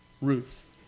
Ruth